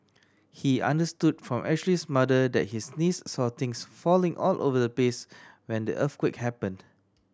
he understood from Ashley's mother that his niece saw things falling all over the place when the earthquake happened